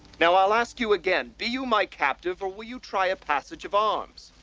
now, i'll ask you again. be you my captive, or will you try a passage of arms?